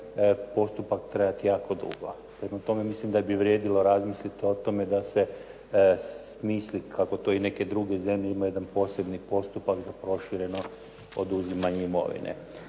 postupak trajati jako dugo. Prema tome, mislim da bi vrijedilo razmisliti o tome da se smisli kako to i neke druge zemlje imaju jedan posebni postupak za prošireno oduzimanje imovine.